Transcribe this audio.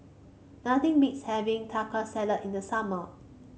nothing beats having Taco Salad in the summer